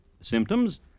Symptoms